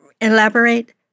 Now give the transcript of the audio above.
elaborate